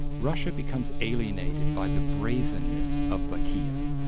russia becomes alienated by the brazenness of bakiev,